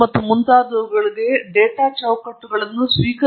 ನೆನಪಿಡಿ R ಮಾದರಿ ಮುನ್ಸೂಚನೆಗಳು ಮತ್ತು ಮುಂತಾದವುಗಳಿಗೆ ಡೇಟಾ ಚೌಕಟ್ಟುಗಳನ್ನು ಸ್ವೀಕರಿಸುತ್ತದೆ